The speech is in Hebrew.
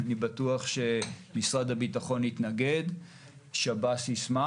אני בטוח שמשרד הביטחון יתנגד והשב"ס ישמח.